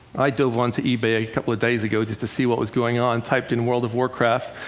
i dove onto ebay a couple of days ago just to see what was gong on, typed in world of warcraft,